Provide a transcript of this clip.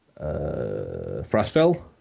Frostfell